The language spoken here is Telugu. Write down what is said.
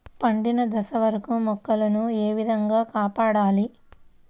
పండిన దశ వరకు మొక్కల ను ఏ విధంగా కాపాడాలి?